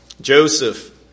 Joseph